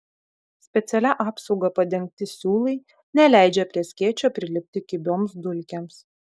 specialia apsauga padengti siūlai neleidžia prie skėčio prilipti kibioms dulkėms